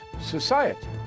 society